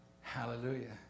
Hallelujah